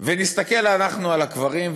ונסתכל אנחנו על הקברים,